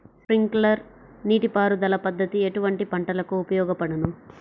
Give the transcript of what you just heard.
Sprinkler నీటిపారుదల పద్దతి ఎటువంటి పంటలకు ఉపయోగపడును?